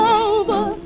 over